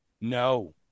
no